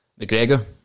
McGregor